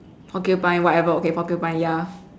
porcupine whatever okay porcupine ya